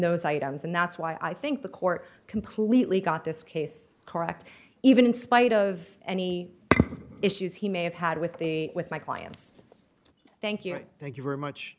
those items and that's why i think the court completely got this case correct even in spite of any issues he may have had with the with my clients thank you thank you very much